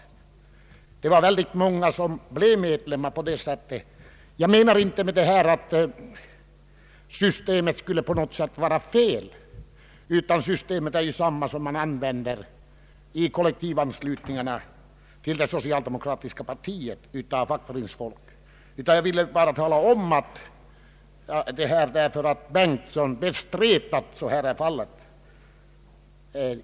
Det var väldigt många som på det sättet blev medlemmar. Jag menar inte att systemet på något sätt skulle vara fel, ty det är ju detsamma som används vid kollektivanslutning av fackföreningsfolk till det socialdemokratiska partiet. Jag talar om detta bara därför att herr Bengtson bestred att system som jag här beskrivit förekommit inom RLF.